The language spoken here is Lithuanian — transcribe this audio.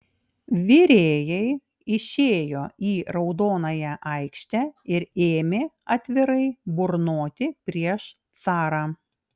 virėjai išėjo į raudonąją aikštę ir ėmė atvirai burnoti prieš carą